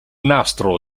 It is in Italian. nastro